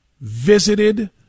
visited